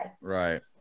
Right